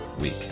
week